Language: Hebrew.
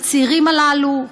לצעירים הללו,